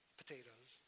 potatoes